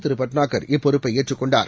Thiru Bhatnagar இப்பொறுப்பைஏற்றுக்கொண்டார்